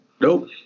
Nope